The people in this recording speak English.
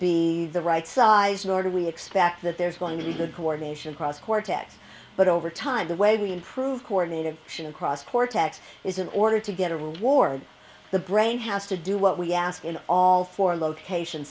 be the right size nor do we expect that there's going to be good coordination across cortex but over time the way we improve coordinated action across cortex is in order to get a reward the brain has to do what we ask in all four location